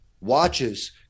watches